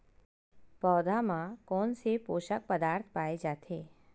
पौधा मा कोन से पोषक पदार्थ पाए जाथे?